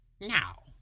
Now